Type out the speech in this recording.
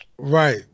Right